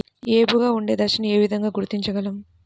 ఏపుగా ఉండే దశను ఏ విధంగా గుర్తించగలం?